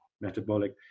metabolic